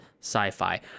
sci-fi